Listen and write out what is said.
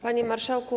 Panie Marszałku!